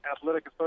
Athletic